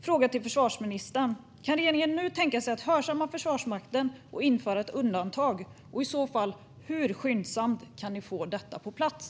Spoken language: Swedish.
Frågan till försvarsministern är: Kan regeringen nu tänka sig att hörsamma Försvarsmakten och införa ett undantag, och hur skyndsamt kan man i så fall få detta på plats?